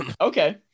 Okay